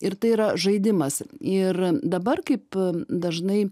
ir tai yra žaidimas ir dabar kaip dažnai